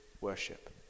worship